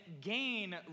gain